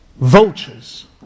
Vultures